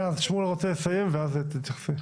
שמואל זינגר רוצה לסיים ואז תתייחסי.